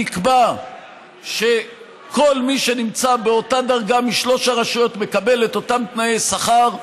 נקבע שכל מי שנמצא באותה דרגה משלוש הרשויות מקבל את אותם תנאי שכר,